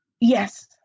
yes